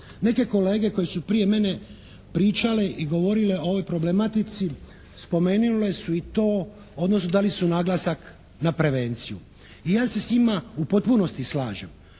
Neke kolege koje su prije mene pričale i govorile o ovoj problematici spomenile su i to, odnosno dali su naglasak na prevenciju. I ja se s njima u potpunosti slažem.